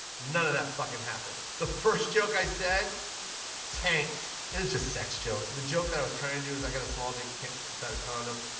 none of the that fucking happened. the first joke i said tanked. it was just sex jokes. the joke that i was trying to do was i got a small dick you can't fit inside a condom.